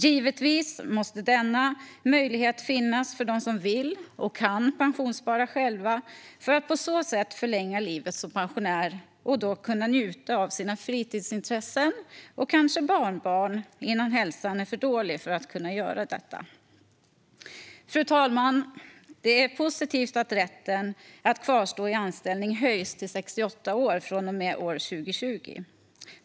Givetvis måste denna möjlighet finnas för dem som vill och kan pensionsspara själva för att på så sätt förlänga livet som pensionär och kunna njuta av sina fritidsintressen, och kanske barnbarn, innan hälsan är för dålig för att man ska kunna göra detta. Fru talman! Det är positivt att åldern för rätten att kvarstå i anställning höjs till 68 år från och med år 2020.